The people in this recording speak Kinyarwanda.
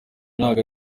ntabwo